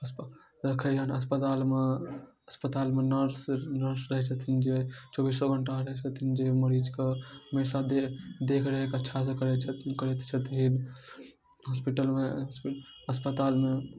रखैए अस्पतालमे अस्पतालमे नर्स नर्स रहै छथिन जे चौबीसो घण्टा रहै छथिन जे मरीजके हमेशा देख देखरेख अच्छासँ करै करैत छथिन हॉस्पिटलमे अस्पतालमे